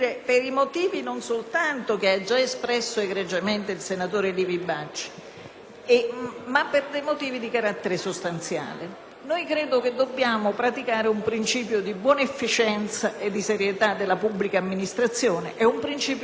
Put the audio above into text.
anche per motivi di carattere sostanziale. Credo infatti che dobbiamo praticare un principio di buona efficienza e di serietà della pubblica amministrazione, principio anche questo costituzionalmente garantito. La verità per cui noi votiamo